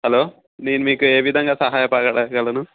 hello నేను మీకు ఏ విధంగా సహాయపడగలను